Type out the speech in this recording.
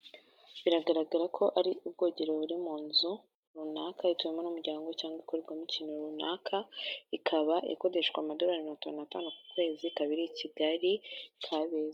Biragaragara ko ari ubwogero buri mu nzu runaka, ituwemo n'umuryango cyangwa ikorerwamo ikintu runaka, ikaba ikodeshwa amadolari mirongo itanu n'atanu ku kwezi, ikaba iri i Kigali, Kabeza.